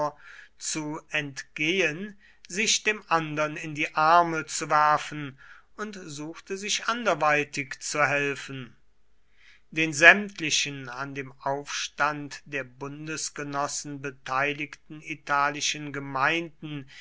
zu entgehen sich dem andern in die arme zu werfen und suchte sich anderweitig zu helfen den sämtlichen an dem aufstand der bundesgenossen beteiligten italischen gemeinden